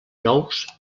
nous